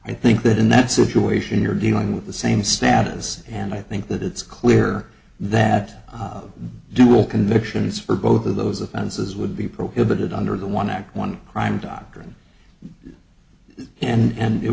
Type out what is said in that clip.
i think that in that situation you're dealing with the same status and i think that it's clear that dual convictions for both of those offenses would be prohibited under the one act one crime doctrine and